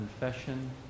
confession